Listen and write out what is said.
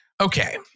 Okay